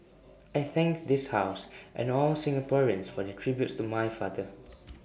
I thank this house and all Singaporeans for their tributes to my father